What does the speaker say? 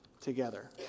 together